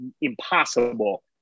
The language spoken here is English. impossible